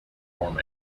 perform